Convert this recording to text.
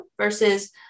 versus